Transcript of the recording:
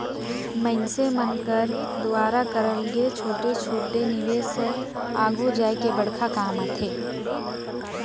मइनसे मन कर दुवारा करल गे छोटे छोटे निवेस हर आघु जाए के बड़खा काम आथे